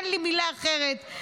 אין לי מילה אחרת,